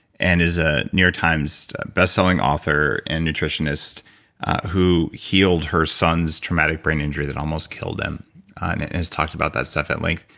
and is a new york times best selling author and nutritionist who healed her sons traumatic brain injury that almost killed him and has talked about that stuff at length.